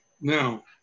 Now